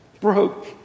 broke